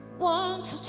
was